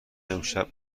امشب